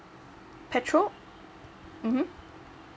petrol mmhmm